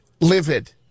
livid